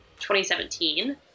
2017